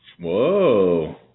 Whoa